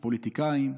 הפוליטיקאים,